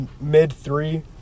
mid-three